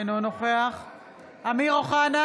אינו נוכח אמיר אוחנה,